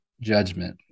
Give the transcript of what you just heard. judgment